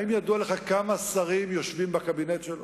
האם ידוע לך כמה שרים יושבים בקבינט שלו?